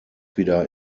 wieder